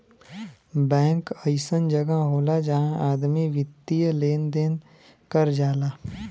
bank अइसन जगह होला जहां आदमी वित्तीय लेन देन कर जाला